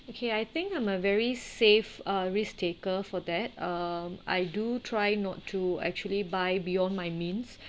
okay I think I'm a very safe uh risk taker for that uh I do try not to actually buy beyond my means